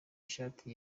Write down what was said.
ishati